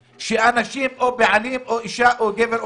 בבקשה, אדוני, תדבר.